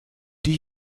die